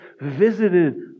visited